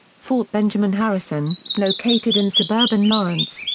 fort benjamin harrison, located in suburban lawrence,